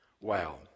Wow